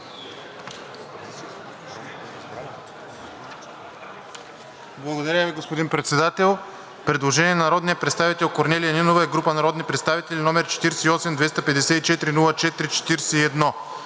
Благодаря, господин Председател. Предложение на народния представител Корнелия Нинова и група народни представители, № 48-254-04-41.